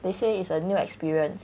they say it's a new experience